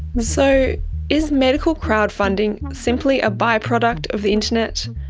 so is medical crowdfunding simply a by-product of the internet?